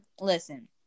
Listen